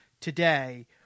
today